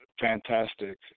fantastic